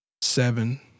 seven